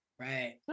Right